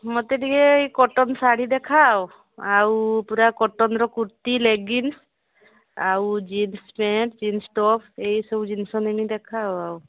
ମୋତେ ଟିକିଏ ଇଏ କଟନ୍ ଶାଢ଼ୀ ଦେଖାଅ ଆଉ ପୁରା କଟନର କୁର୍ତ୍ତୀ ଲେଗିନ୍ସ ଆଉ ଜିନ୍ସ ପ୍ୟାଣ୍ଟ ଜିନ୍ସ ଟପ୍ ଏଇସବୁ ଜିନିଷ ନେଇନି ଦେଖାଅ ଆଉ